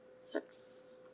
six